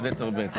עד 10(ב).